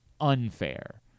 unfair